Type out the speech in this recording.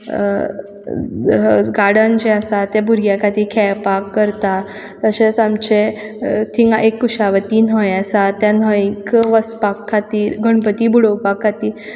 garden जें आसा तें भुरग्यां खातीर खेळपाक करता तशेंच आमचें आय थिंक कुशावती न्हंय आसा त्या न्हंयेक वचपा खातीर गणपती बुडोवपा खातीर